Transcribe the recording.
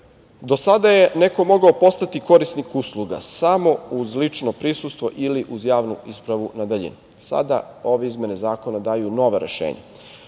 sada je neko mogao postati korisnik usluga samo uz lično prisustvo ili uz javnu ispravu na daljinu. Sada ove izmene zakona daju nova rešenja.